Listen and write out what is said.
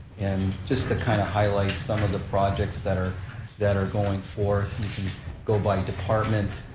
and just to kind of highlight some of the projects that are that are going forth, you can go by department,